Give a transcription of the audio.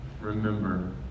Remember